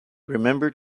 remember